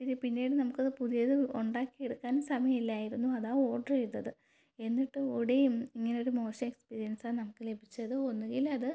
പിന്നീട് നമുക്ക് പുതിയത് ഉണ്ടാക്കിയെടുക്കാൻ സമയമില്ലായിരുന്നു അതാ ഓഡ്റെയ്തത് എന്നിട്ട് കൂടി ഇങ്ങനെ ഒരു മോശം എക്സ്പീരിയൻസാണു നമുക്ക് ലഭിച്ചത് ഒന്നുകിൽ അത്